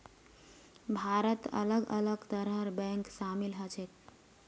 भारतत अलग अलग तरहर बैंक शामिल ह छेक